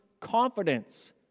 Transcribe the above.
confidence